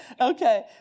Okay